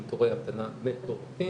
עם תורי המתנה מטורפים.